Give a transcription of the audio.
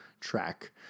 track